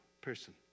person